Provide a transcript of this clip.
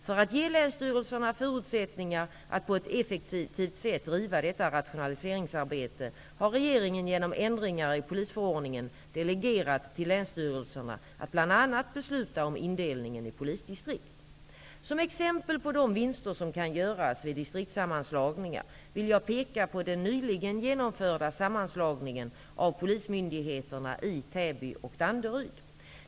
För att ge länsstyrelserna förutsättningar att på ett effektivt sätt driva detta rationaliseringsarbete har regeringen genom ändringar i polisförordningen delegerat till länsstyrelserna att bl.a. besluta om indelningen i polisdistrikt. Som exempel på de vinster som kan göras vid distriktssammanslagningar vill jag peka på den nyligen genomförda sammanslagningen av polismyndigheterna i Täby och Danderyd.